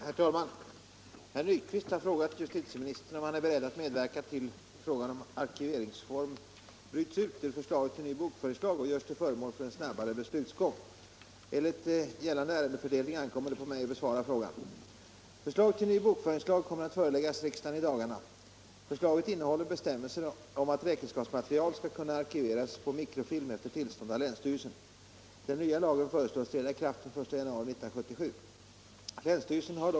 Herr talman! Herr Nyqvist har frågat justitieministern om han är beredd att medverka till att frågan om arkiveringsform bryts ut ur förslaget till ny bokföringslag och görs till föremål för en snabbare beslutsgång. Frågan har överlämnats till mig för besvarande.